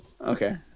Okay